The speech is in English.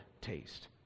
taste